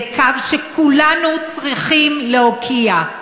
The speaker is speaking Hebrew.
זה קו שכולנו צריכים להוקיע.